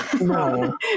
No